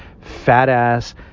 fat-ass